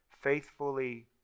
faithfully